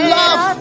love